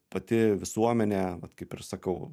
pati visuomenė kaip ir sakau